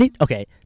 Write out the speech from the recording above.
Okay